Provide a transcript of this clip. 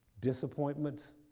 disappointments